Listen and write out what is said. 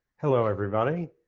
hello everybody.